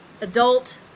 adult